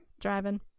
driving